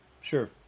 Sure